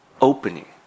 opening